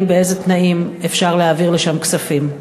באילו תנאים אפשר להעביר לשם כספים?